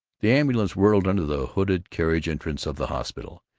the ambulance whirled under the hooded carriage-entrance of the hospital,